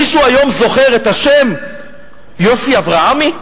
מישהו היום זוכר את השם יוסי אברהמי?